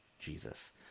Jesus